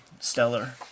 stellar